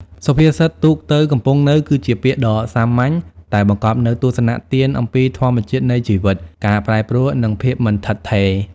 សុភាសិត ទូកទៅ កំពង់នៅ គឺជាពាក្យដ៏សាមញ្ញ តែបង្កប់នូវទស្សនៈទានអំពីធម្មជាតិនៃជីវិត ការប្រែប្រួល និងភាពមិនឋិតថេរ។